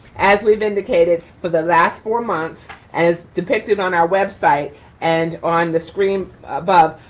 as we've indicated for the last four months and as depicted on our website and on the screen above,